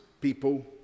people